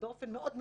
באופן מאוד נדיר.